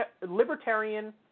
libertarian